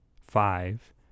five